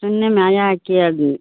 سننے میں آیا ہے کہ اب